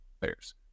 players